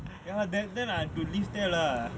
ya then then I have live there lah